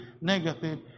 negative